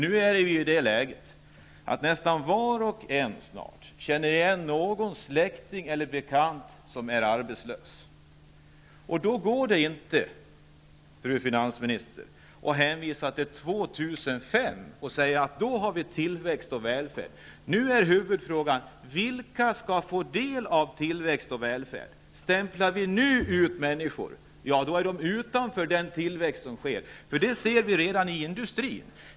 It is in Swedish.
Nu har vi ett sådant läge att nästan var och en känner någon, släkting eller bekant, som är arbetslös. Då går det inte, fru finansminister, att hänvisa till att vi år 2005 har tillväxt och välfärd. Nu är huvudfrågan: Vilka skall få del av tillväxt och välfärd? Stämplar vi nu ut människor, är de utanför den tillväxt som sker. Det ser vi redan i industrin.